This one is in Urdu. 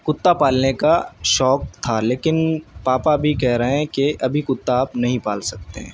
کتا پالنے کا شوق تھا لیکن پاپا ابھی کہہ رہے ہیں کہ ابھی کتا آپ نہیں پال سکتے ہیں